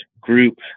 group